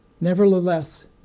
Nevertheless